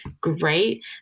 great